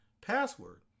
password